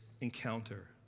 encounter